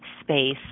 space